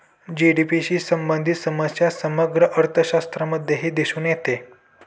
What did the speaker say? GDP शी संबंधित समस्या समग्र अर्थशास्त्रामध्येही दिसून येते